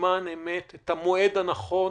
בזמן אמת את המועד הנכון